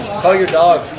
call your dog.